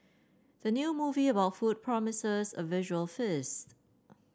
the new movie about food promises a visual feast